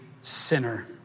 sinner